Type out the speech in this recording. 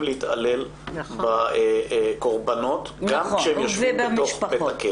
להתעלל בקורבנות גם כשהם יושבים בתוך בית הכלא.